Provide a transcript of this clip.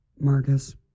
Marcus